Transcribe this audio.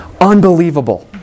Unbelievable